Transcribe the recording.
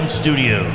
studio